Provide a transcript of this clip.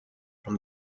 from